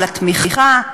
על התמיכה.